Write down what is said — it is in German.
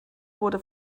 wurde